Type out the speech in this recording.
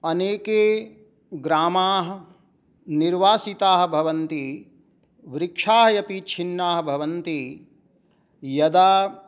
अनेके ग्रामाः निर्वासिताः भवन्ति वृक्षाः अपि छिन्नाः भवन्ति यदा